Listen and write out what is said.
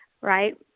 right